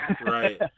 right